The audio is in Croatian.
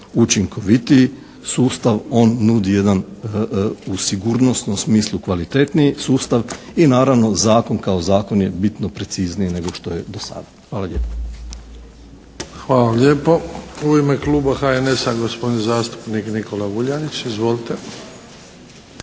učinkovitiji sustav, on nudi jedan u sigurnosnom smislu kvalitetniji sustav. I naravno, zakon kao zakon je bitno precizniji nego što je do sada. Hvala. **Bebić, Luka (HDZ)** Hvala vam lijepo. U ime kluba HNS-a gospodin zastupnik Nikola Vuljanić. Izvolite.